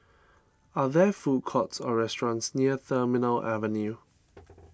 are there food courts or restaurants near Terminal Avenue